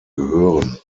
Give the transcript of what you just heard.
gehören